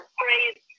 praise